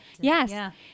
Yes